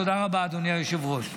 תודה רבה, אדוני היושב-ראש.